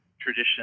tradition